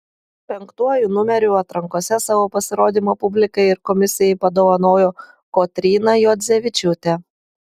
penktuoju numeriu atrankose savo pasirodymą publikai ir komisijai padovanojo kotryna juodzevičiūtė